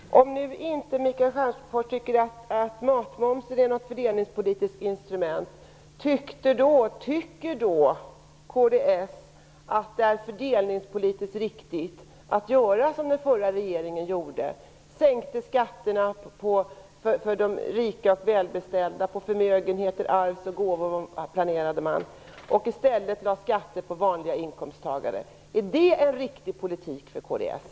Fru talman! Om nu inte Michael Stjernström tycker att matmomsen är något bra fördelningspolitiskt instrument, tycker då kds att det är fördelningspolitiskt riktigt att göra som den förra regeringen gjorde? Den sänkte skatterna för de rika och välbeställda och planerade att sänka skatterna på förmögenheter, arv och gåvor och lade i stället skatter på vanliga inkomsttagare. Är det en riktig politik för kds?